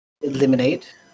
eliminate